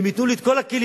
אם ייתנו לי את כל הכלים,